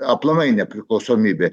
aplamai nepriklausomybė